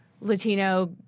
Latino